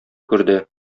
күрде